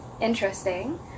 interesting